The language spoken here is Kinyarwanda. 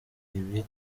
ibi